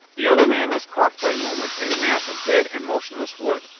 the other man was caught for a moment in a mass of dead and motionless wood,